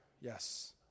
yes